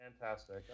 Fantastic